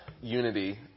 unity